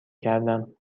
کردم